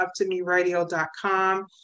uptomeradio.com